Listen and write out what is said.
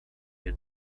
had